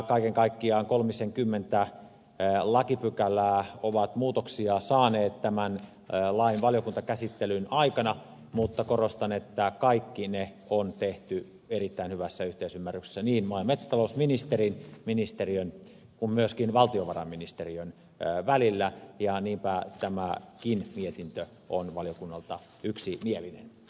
kaiken kaikkiaan kolmisenkymmentä lakipykälää on muutoksia saanut tämän lain valiokuntakäsittelyn aikana mutta korostan että kaikki ne on tehty erittäin hyvässä yhteisymmärryksessä niin maa ja metsätalousministeriön kuin myöskin valtiovarainministeriön välillä ja niinpä tämäkin mietintö on valiokunnalta yksimielinen